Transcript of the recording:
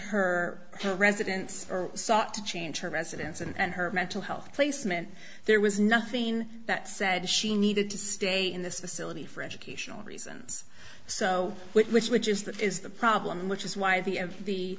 her residence or sought to change her residence and her mental health placement there was nothing that said she needed to stay in this facility for educational reasons so which which is that is the problem which is why the